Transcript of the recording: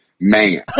man